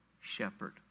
shepherd